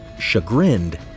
Chagrined